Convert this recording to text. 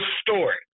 story